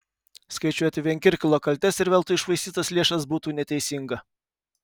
skaičiuoti vien kirkilo kaltes ir veltui iššvaistytas lėšas būtų neteisinga